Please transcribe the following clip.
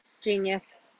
Genius